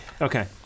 okay